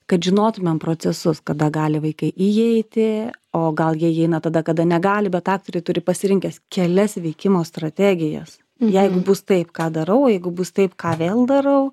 kad žinotumėm procesus kada gali vaikai įeiti o gal jie įeina tada kada negali bet aktoriai turi pasirinkęs kelias veikimo strategijas jeigu bus taip ką darau jeigu bus taip ką vėl darau